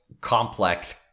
complex